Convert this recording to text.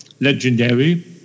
legendary